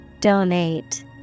Donate